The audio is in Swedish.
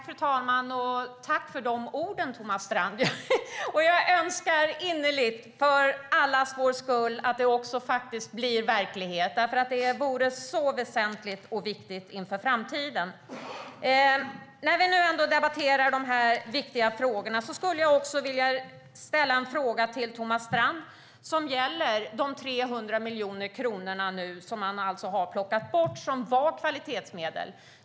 Fru talman! Tack för de orden, Thomas Strand! Jag önskar innerligt för allas vår skull att detta blir verklighet. Det vore så väsentligt och viktigt inför framtiden. När vi nu debatterar dessa viktiga saker vill jag ställa en fråga till Thomas Strand som gäller de 300 miljoner kronor som har tagits bort från kvalitetsmedlen.